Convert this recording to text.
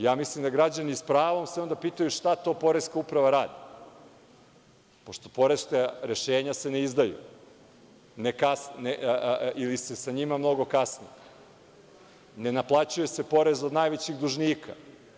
Ja mislim da se građani sa pravom onda pitaju – šta to Poreska uprava radi, pošto poreska rešenja se ne izdaju ili se sa njima mnogo kasni, ne naplaćuje se porez od najvećih dužnika?